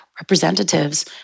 representatives